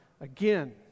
again